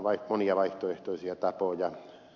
on monia vaihtoehtoisia tapoja